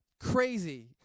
crazy